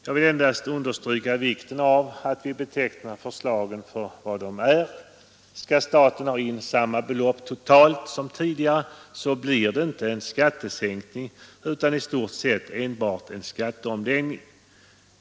Jag vill endast understryka vikten av att vi ger förslagen de beteckningar som de skall ha. Om staten skall få in samma belopp totalt som tidigare, så blir det inte en skattesänkning utan i stort sett enbart en skatteomläggning.